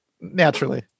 naturally